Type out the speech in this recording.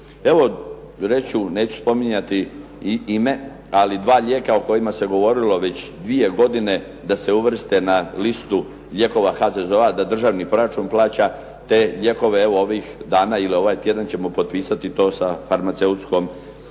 Evo, reći ću, neću spominjati i ime, ali 2 lijeka o kojima se govorilo već 2 godine da se uvrste na listu lijekova HZZO-a da državni proračun plaća te lijekove, evo ovih dana ili ovaj tjedan ćemo potpisati to sa farmaceutskom industrijom.